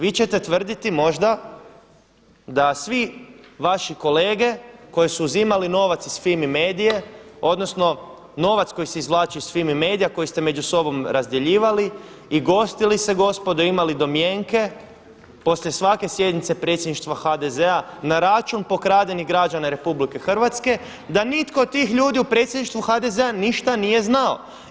Vi ćete tvrditi možda da svi vaši kolege koji su uzimali novac iz FIMI Medie, odnosno novac koji je izvlačio iz FIMI Medie a koji ste među sobom razdjeljivali i gostili se gospodo, imali domjenke poslije svake sjednice Predsjedništva HDZ-a na račun pokradenih građana Republike Hrvatske, da nitko od tih ljudi u Predsjedništvu HDZ-a ništa nije znao.